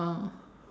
ah